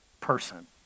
person